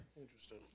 interesting